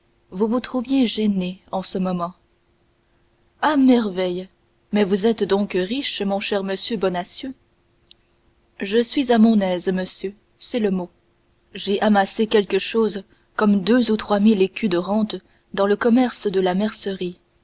vous vous trouviez gêné en ce moment à merveille mais vous êtes donc riche mon cher monsieur bonacieux je suis à mon aise monsieur c'est le mot j'ai amassé quelque chose comme deux ou trois mille écus de rente dans le commerce de la mercerie